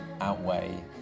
outweigh